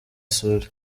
isuri